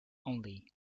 only